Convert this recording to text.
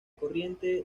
corriente